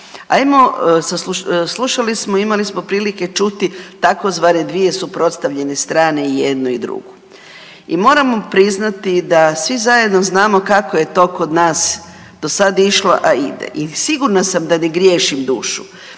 Ajmo, slušali smo, imali smo prilike čuti tzv. dvije suprotstavljene strane, i jednu i drugu. I moram vam priznati da svi zajedno znamo kako je to kod nas do sad išlo, a ide, i sigurna sam da ne griješim dušu